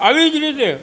આવી જ રીતે